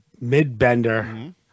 mid-bender